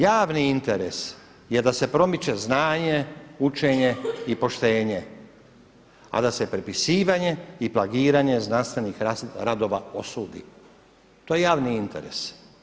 Javni interes je da se promiče znanje, učenje i poštenje, a da se prepisivanje i plagiranje znanstvenih radova osudi, to je javni interes.